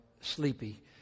sleepy